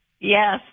Yes